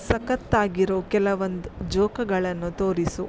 ಸಖತ್ತಾಗಿರೊ ಕೆಲವೊಂದು ಜೋಕುಗಳನ್ನು ತೋರಿಸು